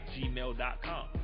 gmail.com